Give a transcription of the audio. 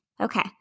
Okay